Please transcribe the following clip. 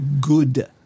good